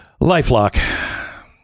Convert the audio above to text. LifeLock